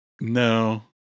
no